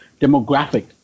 demographic